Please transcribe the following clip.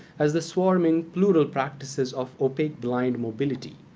as the swarming plural practices of opaque blind mobility,